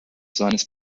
seines